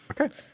Okay